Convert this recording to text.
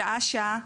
שעה שעה,